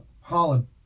Holland